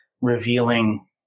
revealing